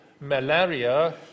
malaria